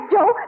Joe